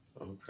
Okay